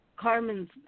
Carmen's